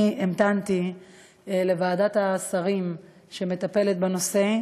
אני המתנתי לוועדת השרים שמטפלת בנושא,